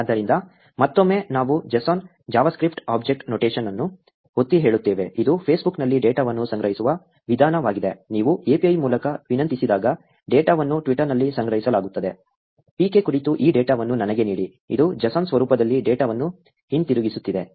ಆದ್ದರಿಂದ ಮತ್ತೊಮ್ಮೆ ನಾವು JSON ಜಾವಾಸ್ಕ್ರಿಪ್ಟ್ ಆಬ್ಜೆಕ್ಟ್ ನೋಟೇಶನ್ ಅನ್ನು ಒತ್ತಿಹೇಳುತ್ತೇವೆ ಇದು ಫೇಸ್ಬುಕ್ನಲ್ಲಿ ಡೇಟಾವನ್ನು ಸಂಗ್ರಹಿಸುವ ವಿಧಾನವಾಗಿದೆ ನೀವು API ಮೂಲಕ ವಿನಂತಿಸಿದಾಗ ಡೇಟಾವನ್ನು ಟ್ವಿಟರ್ನಲ್ಲಿ ಸಂಗ್ರಹಿಸಲಾಗುತ್ತದೆ PK ಕುರಿತು ಈ ಡೇಟಾವನ್ನು ನನಗೆ ನೀಡಿ ಇದು JSON ಸ್ವರೂಪದಲ್ಲಿ ಡೇಟಾವನ್ನು ಹಿಂತಿರುಗಿಸುತ್ತಿದೆ